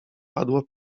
padło